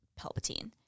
Palpatine